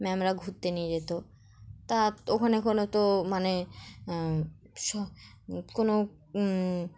ম্যামরা ঘুরতে নিয়ে যেত তা ওখানে কোনো তো মানে কোনো